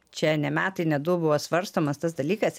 čia ne metai ne du buvo svarstomas tas dalykas